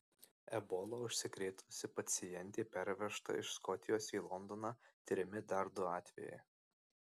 ebola užsikrėtusi pacientė pervežta iš škotijos į londoną tiriami dar du atvejai